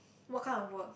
what kind of work